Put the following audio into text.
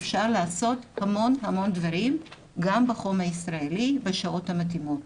אפשר לעשות המון המון דברים גם בחום הישראלי בשעות המתאימות.